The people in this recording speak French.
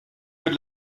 yeux